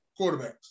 quarterbacks